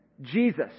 Jesus